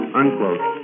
unquote